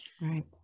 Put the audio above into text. right